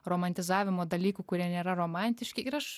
romantizavimo dalykų kurie nėra romantiški ir aš